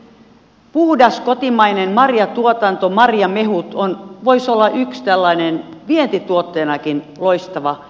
puhdas kotimainen marjatuotanto marjamehut voisi olla yksi tällainen vientituotteenakin loistava